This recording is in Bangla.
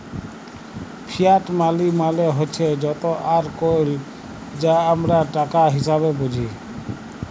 ফিয়াট মালি মালে হছে যত আর কইল যা আমরা টাকা হিসাঁবে বুঝি